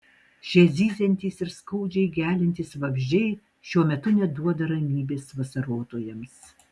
šie zyziantys ir skaudžiai geliantys vabzdžiai šiuo metu neduoda ramybės vasarotojams